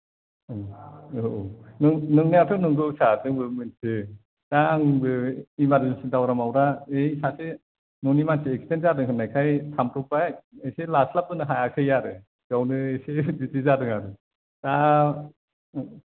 ओं औ औ नों नोंनायाथ' नोंगौ सार जोंबो मोन्थियो दा आंबो इमार्जिनसि दावरामाव दा ऐ सासे ननि मानसि एक्सिदेन्ट जादों होननायखाय थांब्रबबाय इसे लास्लाबबोनोन हायासै आरो बेवनो इसे बिदि जादों आरो दा